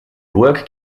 burg